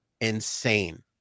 Insane